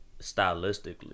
stylistically